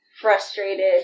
frustrated